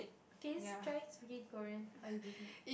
can you try speaking Korean how is this is